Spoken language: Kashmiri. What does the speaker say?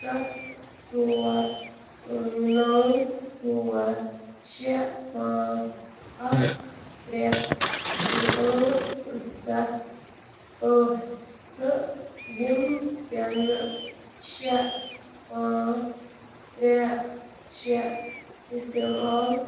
ستھ ژور نَو ژور شےٚ پٲنٛژ اَکھ ترٛےٚ ٲٹھ ستھ ٲٹھ تہٕ یم پیٚنہٕ شےٚ پٲنٛژ ترٚےٚ شےٚ استعمال